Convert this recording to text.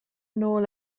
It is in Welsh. nôl